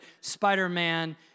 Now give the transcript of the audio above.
Spider-Man